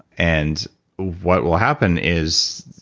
and what will happen is,